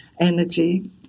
energy